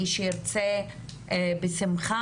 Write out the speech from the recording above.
מי שירצה, בשמחה.